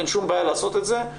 אין שום בעיה לעשות את זה',